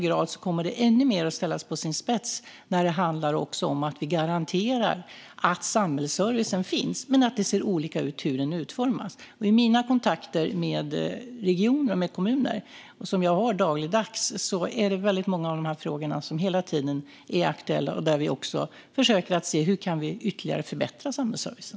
Det kommer ännu mer att ställas på sin spets när det handlar om att vi ska garantera att samhällsservicen finns men att det ser olika ut hur den utformas. I de kontakter med regioner och kommuner som jag har dagligen är det många av dessa frågor som hela tiden är aktuella, och där försöker vi också se hur vi ytterligare kan förbättra samhällsservicen.